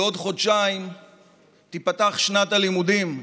בעוד חודשיים תיפתח שנת הלימודים,